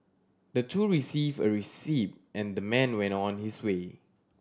the two received a receipt and the man went on his way